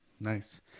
Nice